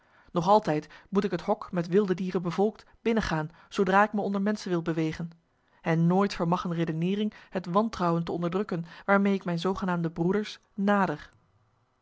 nog altijd moet ik het hok met wilde dieren bevolkt binnen gaan zoodra ik me onder menschen wil bewegen en nooit vermag een redeneering het wantrouwen te onderdrukken waarmee ik mijn zoogenaamde broeders nader